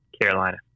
Carolina